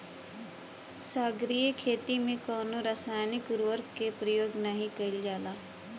सागरीय खेती में कवनो रासायनिक उर्वरक के उपयोग नाही कईल जाला